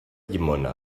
llimona